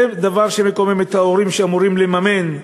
זה דבר שמקומם את ההורים, שאמורים לממן,